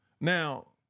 Now